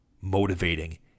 motivating